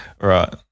Right